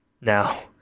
Now